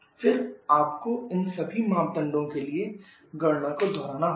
फिर आपको इन सभी मापदंडों के लिए गणना को दोहराना होगा